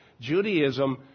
Judaism